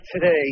today